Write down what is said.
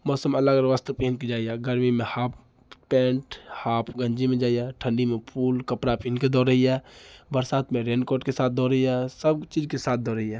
मौसममे अलग अलग वस्त्र पिन्ह कऽ जाइए गर्मीमे हाफ पेन्ट हाफ गंजीमे जाइए ठण्डीमे फुल कपड़ा पिन्ह कऽ दौड़ैए बरसातमे रेनकोटके साथ दौड़ैए सबचीजके साथ दौड़ैए